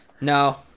No